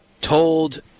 told